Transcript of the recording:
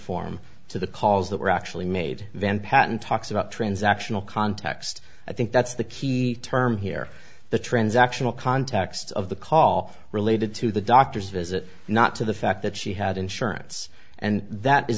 form to the calls that were actually made van patten talks about transactional context i think that's the key term here the transactional context of the call related to the doctor's visit not to the fact that she had insurance and that is